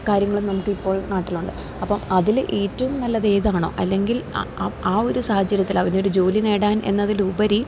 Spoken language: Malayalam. കാര്യങ്ങളും നമുക്കിപ്പോൾ നാട്ടിലൊണ്ട് അപ്പോള് അതില് ഏറ്റവും നല്ലത് ഏതാണോ അല്ലെങ്കിൽ ആ ഒരു സാഹചര്യത്തിൽ അവനൊരു ജോലി നേടാൻ എന്നതിലുപരി